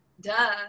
Duh